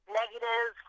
negative